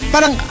Parang